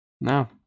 No